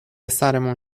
سرمون